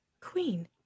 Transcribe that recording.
Queen